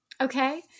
okay